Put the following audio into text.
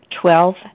Twelve